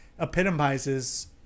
epitomizes